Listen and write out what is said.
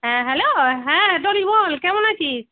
হ্যাঁ হ্যালো হ্যাঁ ডলি বল কেমন আছিস